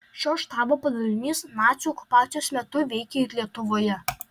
šio štabo padalinys nacių okupacijos metu veikė ir lietuvoje